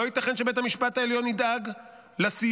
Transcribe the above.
לא ייתכן שבית המשפט העליון ידאג לסיוע